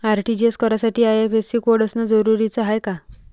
RTGS करासाठी IFSC code असनं जरुरीच हाय का?